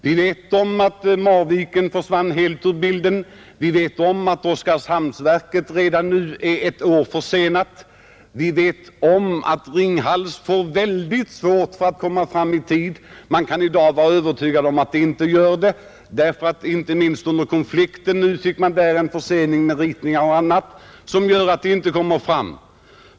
Vi vet att Marviken försvann helt ur bilden, att Oskarshamnsverket redan nu är ett år försenat, att Ringhals inte kommer att bli färdigt i tid — inte minst under arbetsmarknadskonflikten blev det en försening med ritningar och annat.